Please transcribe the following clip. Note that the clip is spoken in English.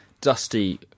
Dusty